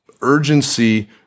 urgency